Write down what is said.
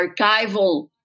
archival